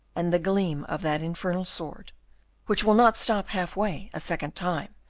and the gleam of that infernal sword which will not stop half-way a second time,